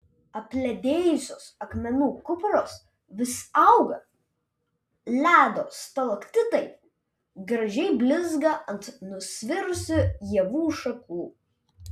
apledėjusios akmenų kupros vis auga ledo stalaktitai gražiai blizga ant nusvirusių ievų šakų